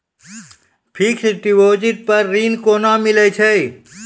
Fixed deposit पर ऋण केना मिलै छै?